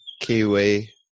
Kiwi